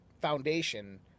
Foundation